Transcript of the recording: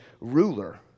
ruler